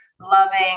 loving